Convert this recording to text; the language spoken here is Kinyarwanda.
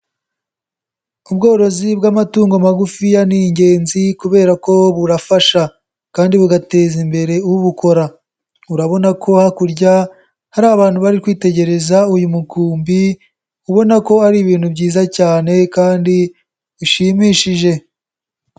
Ubworozi bw'amatungo magufiya ni ingenzi kubera ko burafasha kandi bugateza imbere ubikora, urabona ko hakurya, hari abantu bari kwitegereza uyu mukumbi, ubona ko ari ibintu byiza cyane kandi bishimishije.